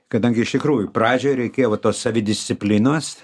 kadangi iš tikrųjų pradžioj reikėjo va tos savidisciplinos